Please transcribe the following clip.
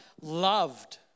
loved